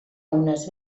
unes